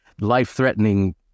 life-threatening